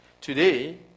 Today